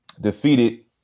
defeated